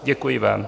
Děkuji vám.